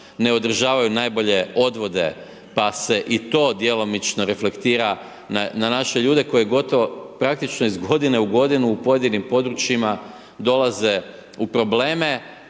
ne održavaju najbolje odvode, pa se i to djelomično reflektira na naše ljudi koji gotovo praktično iz godine u godinu u pojedinim područjima dolaze u probleme